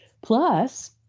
Plus